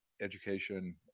education